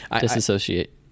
Disassociate